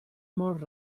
molt